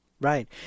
Right